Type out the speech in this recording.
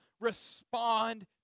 respond